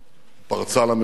פרצה למרחב,